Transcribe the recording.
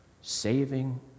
Saving